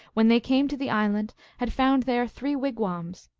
when they came to the island, had found there three wigwams,